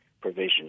provision